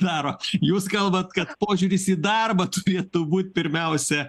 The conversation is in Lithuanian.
daro jūs kalbat kad požiūris į darbą turėtų būt pirmiausia